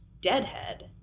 deadhead